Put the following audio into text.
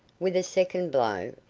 with a second blow,